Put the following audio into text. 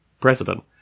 president